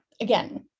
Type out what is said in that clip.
again